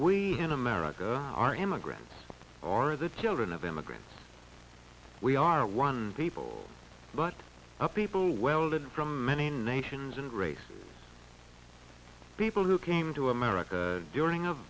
we in america are immigrants or the children of immigrants we are one people but the people welded in from many nations and races people who came to america during of